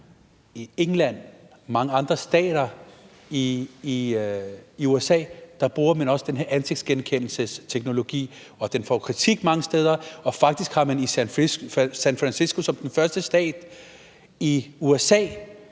i England og i mange stater i USA bruger man også den her ansigtsgenkendelsesteknologi. Og den får jo kritik mange steder, og faktisk har man i San Francisco som det første sted i USA